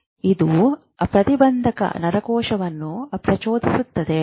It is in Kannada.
ಇದು ಪ್ರತಿಬಂಧಕ ನರಕೋಶವನ್ನು ಪ್ರಚೋದಿಸುತ್ತದೆ